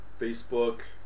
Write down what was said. Facebook